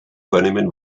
vornehmen